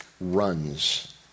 runs